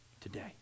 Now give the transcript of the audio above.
today